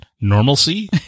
Normalcy